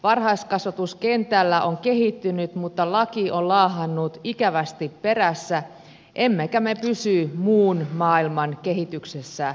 varhaiskasvatus kentällä on kehittynyttä mutta laki on laahannut ikävästi perässä emmekä me pysy muun maailman kehityksessä mukana